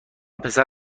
پسر